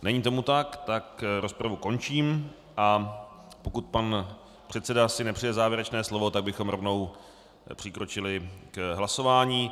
Není tomu tak, rozpravu končím, a pokud si pan předseda nepřeje závěrečné slovo, tak bychom rovnou přikročili k hlasování.